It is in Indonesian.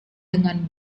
dengan